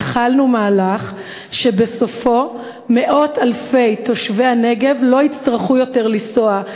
התחלנו מהלך שבסופו מאות אלפי תושבי הנגב לא יצטרכו לנסוע,